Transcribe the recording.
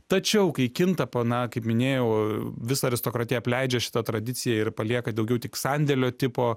tačiau kai kinta po na kaip minėjau visa aristokratija apleidžia šitą tradiciją ir palieka daugiau tik sandėlio tipo